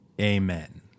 amen